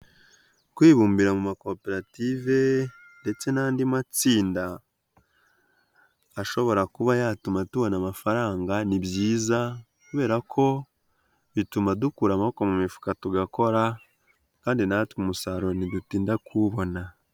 Kwibumbira mu makoperative ndetse n'andi matsinda, ashobora kuba yatuma tubona amafaranga ni byiza kubera ko bituma dukura amaboko mu mifuka tugakora kandi natwe umusaruro ntidutinda kuwubona.